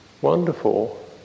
wonderful